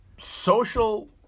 social